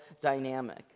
dynamic